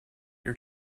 your